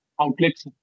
outlets